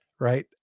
right